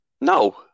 No